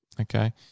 Okay